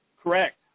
Correct